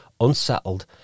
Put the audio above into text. unsettled